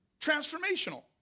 transformational